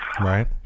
Right